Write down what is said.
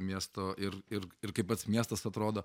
miesto ir ir ir kaip pats miestas atrodo